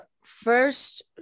First